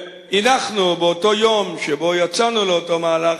הנחנו, באותו יום שבו יצאנו לאותו מהלך,